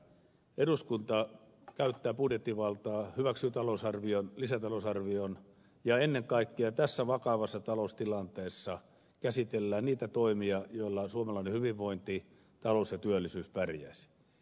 eduskunta käyttää budjettivaltaa hyväksyy talousarvion lisätalousarvion ja ennen kaikkea tässä vakavassa taloustilanteessa käsitellään niitä toimia joilla suomalainen hyvinvointi talous ja työllisyys pärjäisi